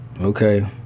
Okay